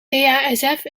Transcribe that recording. basf